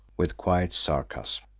with quiet sarcasm.